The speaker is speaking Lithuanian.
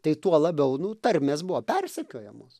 tai tuo labiau nu tarmės buvo persekiojamos